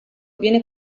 viene